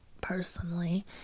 personally